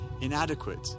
inadequate